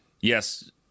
yes